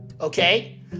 okay